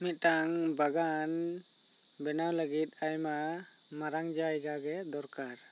ᱢᱤᱫᱴᱟᱝ ᱵᱟᱜᱟᱱ ᱵᱮᱱᱟᱣ ᱞᱟ ᱜᱤᱫ ᱟᱭᱢᱟ ᱢᱟᱨᱟᱝ ᱡᱟᱭᱜᱟ ᱜᱮ ᱫᱚᱨᱠᱟᱨ